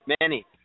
Manny